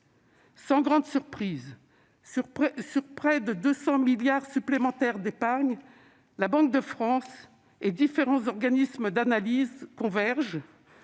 Sans grande surprise, sur près de 200 milliards d'euros d'épargne supplémentaire, la Banque de France et différents organismes d'analyse convergent